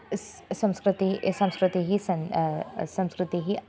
स् संस्कृतिः संस्कृतिः सं संस्कृतिः